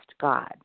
God